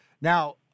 Now